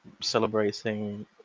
celebrating